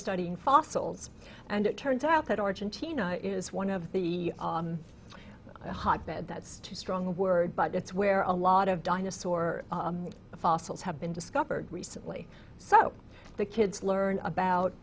studying fossils and it turns out that argentina is one of the hotbed that's too strong a word but it's where a lot of dinosaur fossils have been discovered recently so the kids learn about